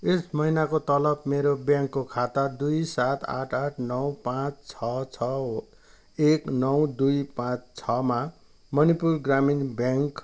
यस महिनाको तलब मेरो ब्याङ्कको खाता दुई सात आठ आठ नौ पाँच छ छ एक नौ दुई पाँच छमा मणिपुर ग्रामीण ब्याङ्क